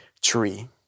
tree